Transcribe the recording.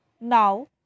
Now